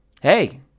hey